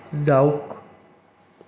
যাওক